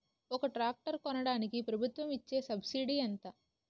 ఒక ట్రాక్టర్ కొనడానికి ప్రభుత్వం ఇచే సబ్సిడీ ఎంత?